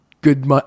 good